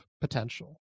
potential